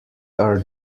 are